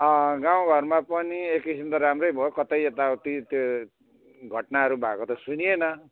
गाउँ घरमा पनि एक किसिम त राम्रै भयो कतै यताउति त्यो घटनाहरू भएको त सुनिएन